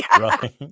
Right